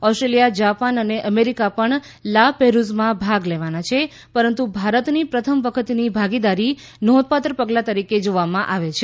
Australia Japan અને America પણ લા પેરુઝમાં ભાગ લેવાના છે પરંતુ ભારતની પ્રથમ વખતની ભાગીદારી નોંધપાત્ર પગલા તરીકે જોવામાં આવે છે